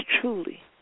truly